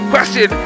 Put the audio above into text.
question